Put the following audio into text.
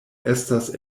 estas